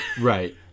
Right